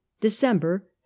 December